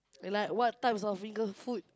like what types of finger food